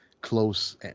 close